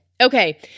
Okay